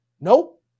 Nope